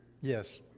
Yes